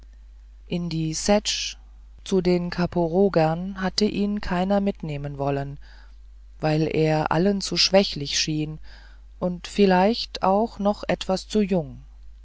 in die ssetsch zu den zaporogern hatte ihn keiner mitnehmen wollen weil er allen zu schwächlich schien und vielleicht auch noch etwas zu jung